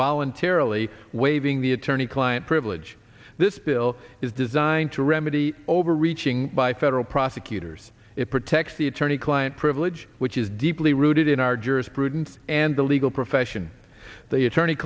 voluntarily waiving the attorney client privilege this bill is designed to remedy overreaching by federal prosecutors it protects the attorney client privilege which is deeply rooted in our jurisprudence and the legal profession the attorney